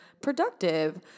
productive